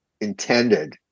intended